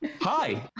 Hi